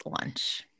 lunch